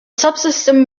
subsystem